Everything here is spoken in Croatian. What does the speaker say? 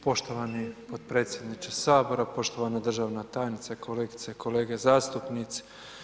Poštovani potpredsjedniče Sabora, poštovana državna tajnice, kolegice i kolege zastupnici.